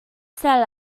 sell